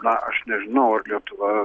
na aš nežinau ar lietuva